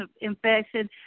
infection